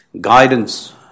guidance